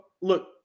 look